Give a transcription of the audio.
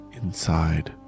inside